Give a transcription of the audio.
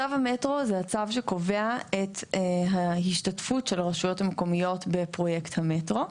צו המטרו זה הצו שקובע את ההשתתפות של הרשויות המקומיות בפרויקט המטרו.